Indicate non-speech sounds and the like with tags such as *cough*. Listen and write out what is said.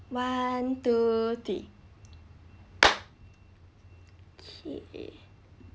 one two three *noise* okay